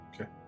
okay